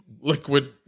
Liquid